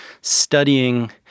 studying